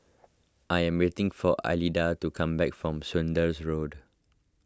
I am waiting for Alida to come back from Saunders Road